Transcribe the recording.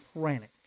frantic